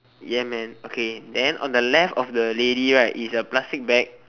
ya man okay then on the left of the lady right is a plastic bag